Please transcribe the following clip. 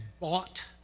bought